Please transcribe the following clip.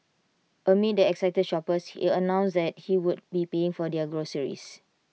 amid the excited shoppers he announced that he would be paying for their groceries